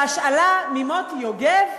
בהשאלה ממוטי יוגב,